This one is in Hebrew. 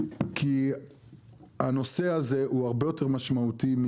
כי הנושא הזה הוא הרבה יותר משמעותי מ